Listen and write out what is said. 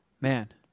Man